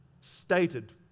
stated